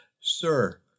sir